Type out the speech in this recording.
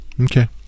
Okay